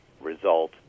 result